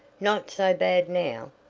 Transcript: not so bad now.